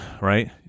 right